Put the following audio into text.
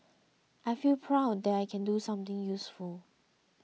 I feel proud that I can do something useful